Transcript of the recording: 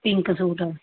pink suit